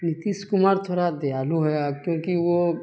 نتیش کمار تھوڑا دیالو ہے کیونکہ وہ